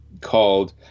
called